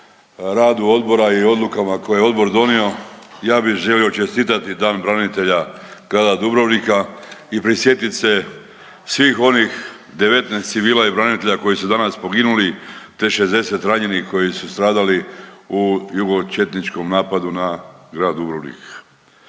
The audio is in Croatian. radu odbora i odlukama koje je odbor donio, ja bi želio čestitati Dan branitelja grada Dubrovnika i prisjetit se svih onih 19 civila i branitelja koji su danas poginuli, te 60 ranjenih koji su stradali u jugočetničkom napadu na grad Dubrovnik.